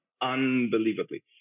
unbelievably